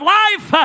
life